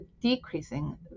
decreasing